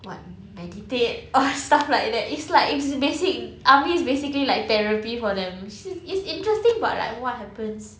what meditate or stuff like that it's like it's basic army is basically like therapy for them shi~ it's interesting but like what happens